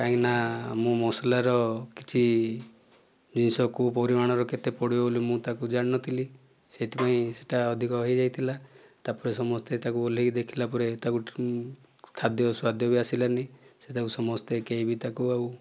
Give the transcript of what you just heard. କାହିଁକିନା ମୁଁ ମସାଲର କିଛି ଜିନିଷ କେଉଁ ପରିମାଣର କେତେ ପଡ଼ିବ ବୋଲି ମୁଁ ତାକୁ ଜାଣିନଥିଲି ସେଥିପାଇଁ ସେହିଟା ଅଧିକ ହୋଇଯାଇଥିଲା ତା'ପରେ ସମସ୍ତେ ତାକୁ ଓହ୍ଲେଇକି ଦେଖିଲା ପରେ ତାକୁ ଖାଦ୍ୟ ସ୍ୱାଦ ବି ଆସିଲାନି ସେ ତାକୁ ସମସ୍ତେ କେହି ବି ତାକୁ ଆଉ